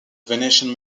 venetian